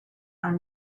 are